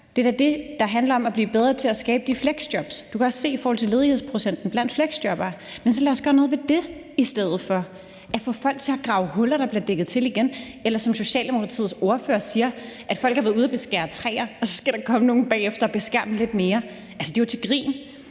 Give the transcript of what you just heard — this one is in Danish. det er da det, der handler om at blive bedre til at skabe de fleksjobs. Du kan også se det i forhold til ledighedsprocenten blandt fleksjobbere, men så lad os gøre noget ved det i stedet for at få folk til at grave huller, der bliver dækket til igen, eller at der, som Socialdemokratiets ordfører siger det, er folk, der har været ude at beskære træer, og der så bagefter skal komme nogle og beskære dem lidt mere. Altså, det er jo til grin.